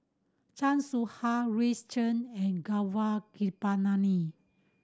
Chan Soh Ha Chen and Gaurav Kripalani